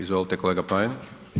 Izvolite kolega Panenić.